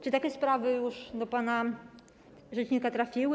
Czy takie sprawy już do pana rzecznika trafiły?